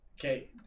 Okay